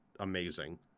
amazing